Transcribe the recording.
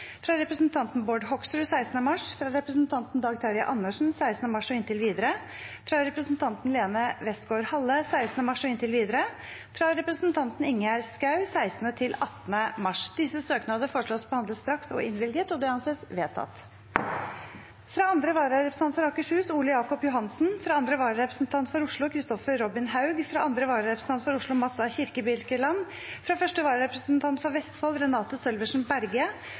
fra representanten Dag Terje Andersen 16. mars og inntil videre fra representanten Lene Westgaard-Halle 16. mars og inntil videre fra representanten Ingjerd Schou 16.–18. mars Disse søknader foreslås behandlet straks og innvilget. – Det anses vedtatt. Fra andre vararepresentant for Akershus, Ole-Jacob Johansen, fra andre vararepresentant for Oslo, Kristoffer Robin Haug , fra andre vararepresentant for Oslo, Mats A. Kirkebirkeland , fra første vararepresentant for Vestfold, Renate Sølversen Berge